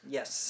Yes